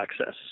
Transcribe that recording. access